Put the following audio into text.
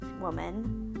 woman